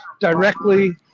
directly